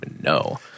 No